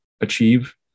achieve